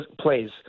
plays